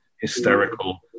hysterical